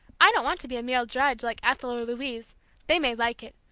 i don't want to be a mere drudge like ethel or louise they may like it.